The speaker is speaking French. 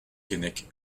keinec